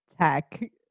Tech